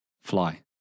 Fly